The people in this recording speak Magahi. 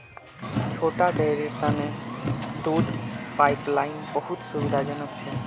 छोटा डेरीर तने दूध पाइपलाइन बहुत सुविधाजनक छ